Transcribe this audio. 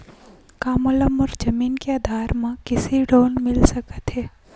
का मोला मोर जमीन के आधार म कृषि ऋण मिल सकत हे?